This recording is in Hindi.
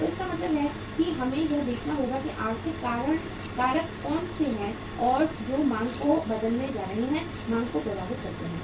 तो इसका मतलब है कि हमें यह देखना होगा कि आर्थिक कारक कौन से हैं जो मांग को बदलने जा रहे हैं मांग को प्रभावित करते हैं